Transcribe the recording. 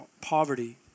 poverty